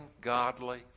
godly